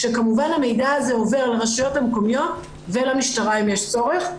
כשכמובן המידע הזה עובר לרשויות המקומיות ולמשטרה אם יש צורך.